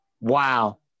Wow